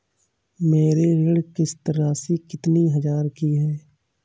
मेरी ऋण किश्त राशि कितनी हजार की है?